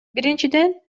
биринчиден